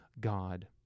God